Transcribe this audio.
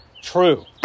true